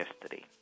yesterday